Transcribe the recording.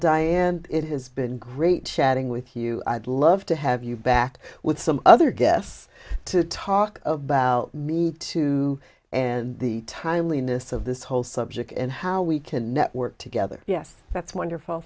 dying and it has been great sharing with you i'd love to have you back with some other guests to talk about me too and the timeliness of this whole subject and how we can network together yes that's wonderful